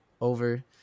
over